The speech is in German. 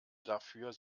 dafür